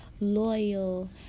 loyal